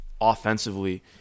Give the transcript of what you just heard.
offensively